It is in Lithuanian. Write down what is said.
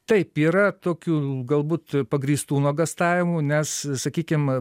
taip yra tokių galbūt pagrįstų nuogąstavimų nes sakykim